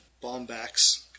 Bombax